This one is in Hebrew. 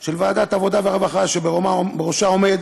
של ועדת העבודה והרווחה שבראשה עומד